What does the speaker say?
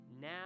Now